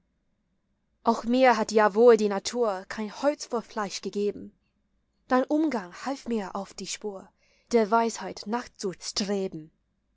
auch mir hat ja wohl die natur kein holz vor fleisch gegeben dein umgang half mir auf die spur der weisheit nachzustreben